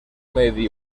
medi